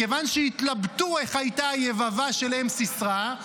מכיוון שהתלבטו איך הייתה היבבה של אם סיסרא,